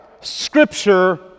Scripture